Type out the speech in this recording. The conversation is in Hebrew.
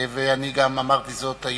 אני גם אמרתי זאת היום,